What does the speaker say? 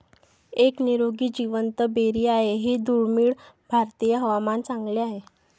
एक निरोगी जिवंत बेरी आहे हे दुर्मिळ भारतीय हवामान चांगले आहे